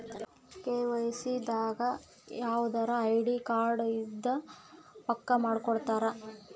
KYC ದಾಗ ಯವ್ದರ ID card ಇಂದ ಪಕ್ಕ ಮಾಡ್ಕೊತರ